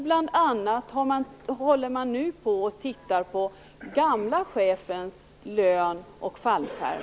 Bl.a. håller man nu på och tittar på den gamla chefens lön och fallskärm.